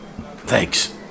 Thanks